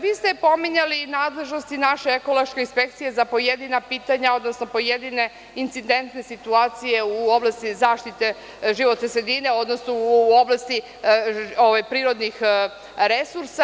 Vi ste pominjali nadležnosti naše ekološke inspekcije za pojedina pitanja, odnosno pojedine incidentne situacije u oblasti zaštite životne sredine, odnosno u oblasti prirodnih resursa.